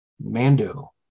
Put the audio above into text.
Mando